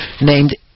named